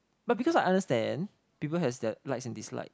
but because I understand people has their likes and dislikes